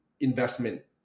investment